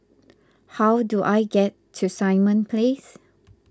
how do I get to Simon Place